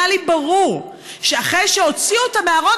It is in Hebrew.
היה לי ברור שאחרי שהוציאו אותה מהארון,